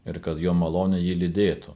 ir kad jo malonė jį lydėtų